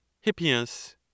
Hippias